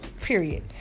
period